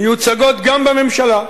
מיוצגות גם בממשלה,